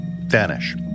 vanish